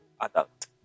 adult